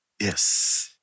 yes